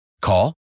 Call